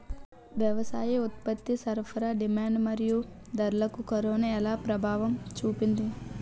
వ్యవసాయ ఉత్పత్తి సరఫరా డిమాండ్ మరియు ధరలకు కరోనా ఎలా ప్రభావం చూపింది